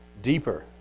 deeper